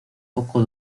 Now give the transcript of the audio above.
poco